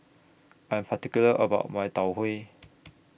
I'm particular about My Tau Huay